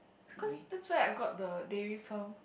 cause that's where I got the dairy from